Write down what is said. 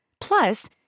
Plus